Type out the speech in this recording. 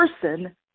person